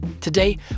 Today